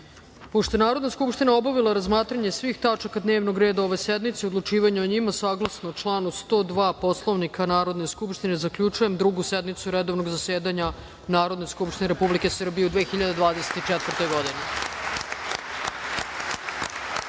je Narodna skupština obavila razmatranje svih tačaka dnevnog reda ove sednice i odlučivanje o njima, saglasno članu 102. Poslovnika Narodne skupštine, zaključujem Drugu sednicu redovnog zasedanja Narodne skupštine Republike Srbije u 2024. godini.